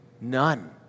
None